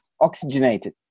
oxygenated